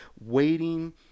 waiting